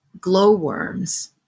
glowworms